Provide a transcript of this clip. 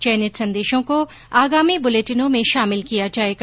चयनित संदेशों को आगामी बुलेटिनों में शामिल किया जाएगा